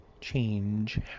change